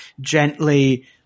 gently